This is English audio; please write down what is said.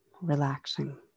relaxing